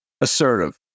assertive